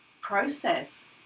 process